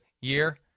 year